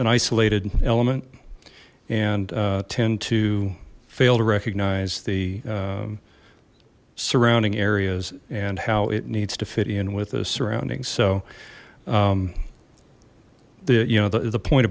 an isolated element and tend to fail to recognize the surrounding areas and how it needs to fit in with the surroundings so the you know the point